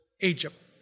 Egypt